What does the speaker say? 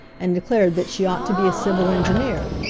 and declared that she ought to be a civil engineer,